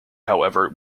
however